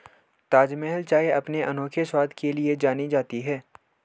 ताजमहल चाय अपने अनोखे स्वाद के लिए जानी जाती है